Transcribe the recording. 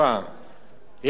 יש שבעת המינים,